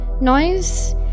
noise